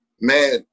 man